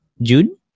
June